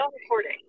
recording